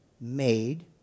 made